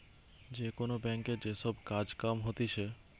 যে কোন ব্যাংকে যে সব কাজ কাম হতিছে